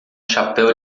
chapéu